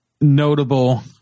notable